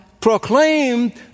proclaimed